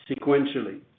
sequentially